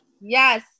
Yes